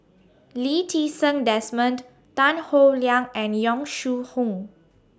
Lee Ti Seng Desmond Tan Howe Liang and Yong Shu Hoong